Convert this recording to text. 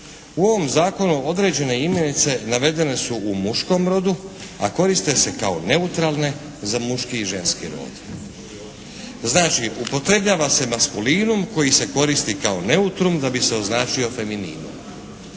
"U ovom zakonu određene imenice navedene su u muškom rodu, a koriste se kao neutralne za muški i ženski rod.". Znači, upotrebljava se masculinum koji se koristi kao neutrum da bi se označio femininum.